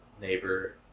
neighbor